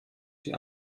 die